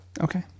okay